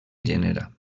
genera